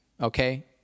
okay